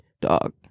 dog